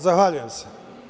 Zahvaljujem se.